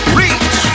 reach